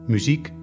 Muziek